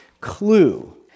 clue